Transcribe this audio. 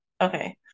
Okay